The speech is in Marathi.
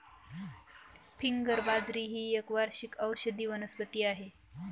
फिंगर बाजरी ही एक वार्षिक औषधी वनस्पती आहे